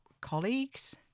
colleagues